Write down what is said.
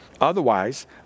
Otherwise